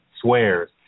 swears